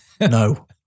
No